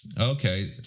okay